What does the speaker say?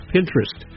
Pinterest